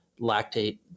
lactate